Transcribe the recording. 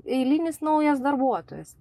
eilinis naujas darbuotojas